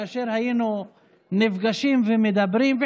כאשר היינו נפגשים ומדברים,